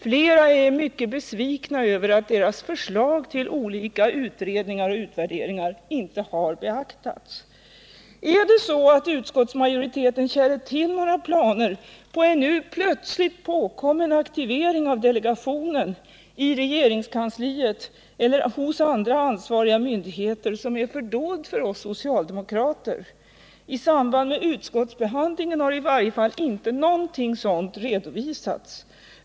Flera är mycket besvikna över att deras förslag vid olika utredningar och utvärderingar inte har beaktats. Är det så att utskottsmajoriteten känner till några planer på en nu plötsligt påkommen aktivering av delegationen i regeringskansliet eller hos andra ansvariga myndigheter, som är fördolda för oss socialdemokrater? I samband med utskottsbehandlingen har i varje fall inte några sådana planer redovisats.